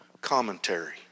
commentary